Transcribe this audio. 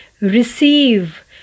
receive